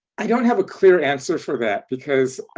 don't have a clear answer for that. because,